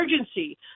urgency